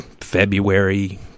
February